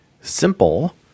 simple